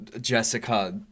Jessica